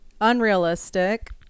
Unrealistic